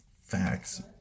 facts